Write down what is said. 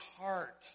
heart